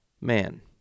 man